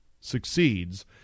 succeeds